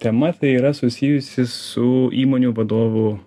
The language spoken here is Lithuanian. tema tai yra susijusi su įmonių vadovų